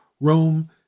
Rome